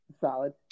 Solid